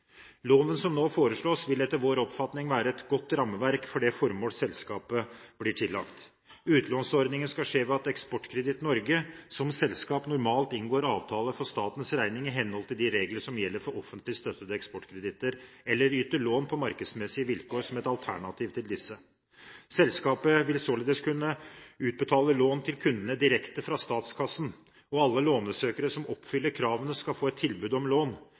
som nå foreslås, vil etter vår oppfatning være et godt rammeverk for det formål selskapet blir tillagt. Utlånsordningen skal skje ved at Eksportkreditt Norge som selskap normalt inngår avtaler for statens regning i henhold til de regler som gjelder for offentlig støttede eksportkreditter, eller yter lån på markedsmessige vilkår som et alternativ til disse. Selskapet vil således kunne utbetale lån til kundene direkte fra statskassen, og alle lånsøkere som oppfyller kravene, skal få et tilbud om lån.